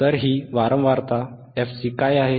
तर ही वारंवारता fc काय आहे